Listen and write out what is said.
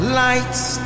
lights